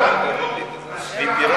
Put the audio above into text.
השקעה ולא,